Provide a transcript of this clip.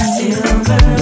silver